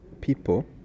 people